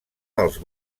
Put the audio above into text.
dels